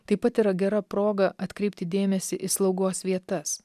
taip pat yra gera proga atkreipti dėmesį į slaugos vietas